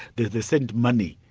they they sent money.